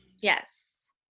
Yes